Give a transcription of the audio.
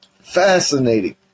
Fascinating